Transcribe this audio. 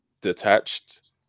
detached